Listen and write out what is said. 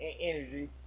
energy